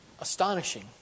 astonishing